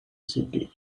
city